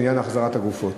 בעניין החזרת הגופות.